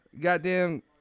goddamn